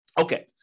Okay